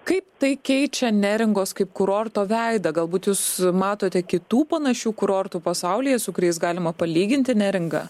kaip tai keičia neringos kaip kurorto veidą galbūt jūs matote kitų panašių kurortų pasaulyje su kuriais galima palyginti neringą